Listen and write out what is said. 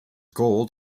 gold